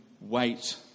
wait